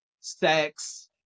sex